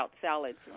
salads